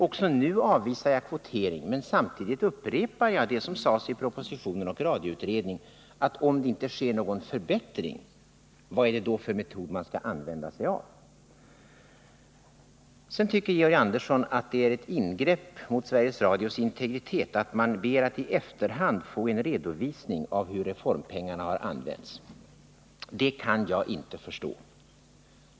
Också nu avvisar jag tanken på kvotering, men samtidigt upprepar jag det som sades i propositionen och radioutredningen, nämligen att om det inte sker någon förbättring — vad är det då för metod man skall använda? Vidare tycker Georg Andersson att det är ett ingrepp i Sveriges Radios integritet att man ber att i efterhand få en redovisning av hur reformpengarna har använts. Det kan jag inte förstå.